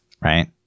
right